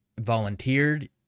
volunteered